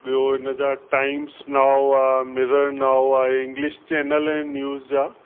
ॿियो हिन जा टाइम्स नाओ आहे मिरर नाओ आहे इंग्लिश चैनल आहिनि न्यूज़ जा